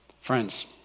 Friends